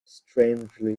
strangely